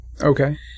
Okay